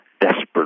desperate